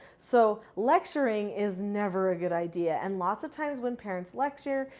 so, lecturing is never a good idea. and lots of times when parents lecture,